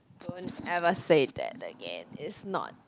don't ever say that again it's not